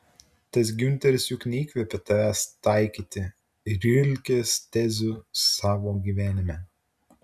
tas giunteris juk neįkvėpė tavęs taikyti rilkės tezių savo gyvenime